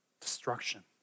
Destruction